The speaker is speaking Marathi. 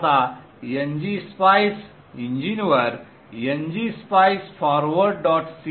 आता ngSpice इंजिनवर ngSpice forward